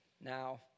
Now